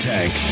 Tank